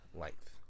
length